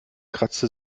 kratzte